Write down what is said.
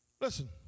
Listen